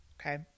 okay